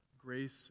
grace